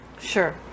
Sure